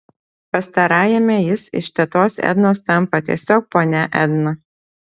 pastarajame jis iš tetos ednos tampa tiesiog ponia edna